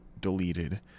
deleted